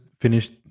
finished